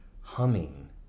humming